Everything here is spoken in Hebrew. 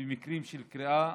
במקרים של קריאה